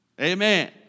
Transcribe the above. Amen